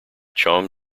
chong